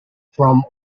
from